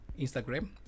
instagram